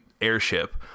airship